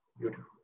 Beautiful